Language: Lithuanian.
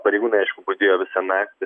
pareigūnai aišku budėjo visą naktį